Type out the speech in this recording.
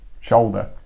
shoulder